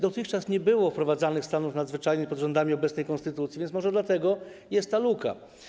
Dotychczas nie było wprowadzanych stanów nadzwyczajnych pod rządami obecnej konstytucji, więc może dlatego jest ta luka.